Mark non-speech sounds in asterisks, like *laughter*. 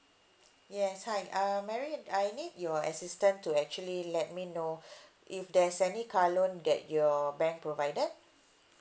yes hi um mary I need your assistant to actually let me know *breath* if there's any car loan that your bank provided